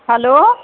hello